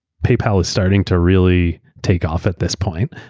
paypal is starting to really take off at this point.